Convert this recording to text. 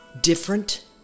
different